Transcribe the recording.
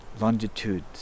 longitude